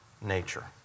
nature